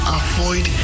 avoid